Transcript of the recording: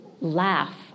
Laugh